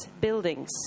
buildings